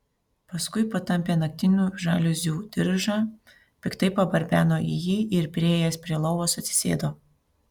paskui patampė naktinių žaliuzių diržą piktai pabarbeno į jį ir priėjęs prie lovos atsisėdo